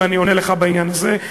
ואני עונה לך בעניין הזה,